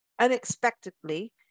unexpectedly